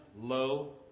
low